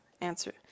Answer